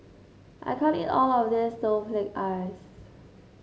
I can't eat all of this Snowflake Ice